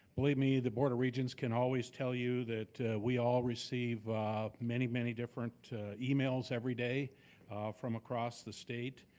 believe me, the board of regents can always tell you that we all receive many many different emails everyday from across the state.